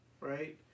right